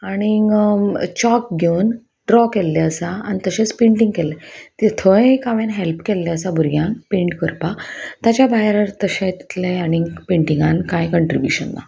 आनीक चॉक घेवन ड्रॉ केल्ले आसा आनी तशेंच पेंटींग केल्लें थंय एक हांवें हेल्प केल्ले आसा भुरग्यांक पेंट करपाक ताच्या भायर तशें तितलें आनीक पेंटिंगान कांय कंट्रिब्युशन ना